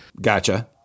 Gotcha